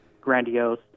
grandiose